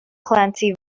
plenty